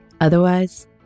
Otherwise